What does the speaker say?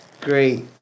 great